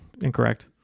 incorrect